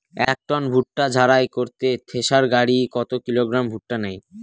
এক টন ভুট্টা ঝাড়াই করতে থেসার গাড়ী কত কিলোগ্রাম ভুট্টা নেয়?